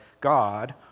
God